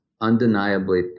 undeniably